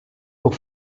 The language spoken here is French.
pour